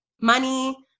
money